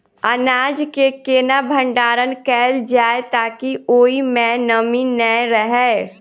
अनाज केँ केना भण्डारण कैल जाए ताकि ओई मै नमी नै रहै?